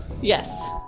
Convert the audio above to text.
yes